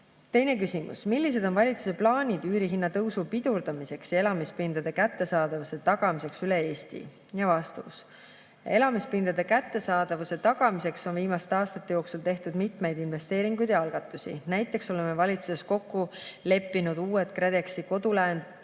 Teine küsimus: "Millised on valitsuse plaanid üürihinna tõusu pidurdamiseks ja elamispindade kättesaadavuse tagamiseks üle Eesti?" Elamispindade kättesaadavuse tagamiseks on viimaste aastate jooksul tehtud mitmeid investeeringuid ja algatusi. Näiteks oleme valitsuses kokku leppinud uued KredExi kodulaenu